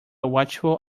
watchful